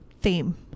theme